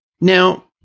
Now